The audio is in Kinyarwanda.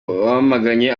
bamaganye